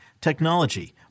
technology